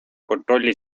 kontrolli